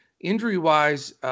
Injury-wise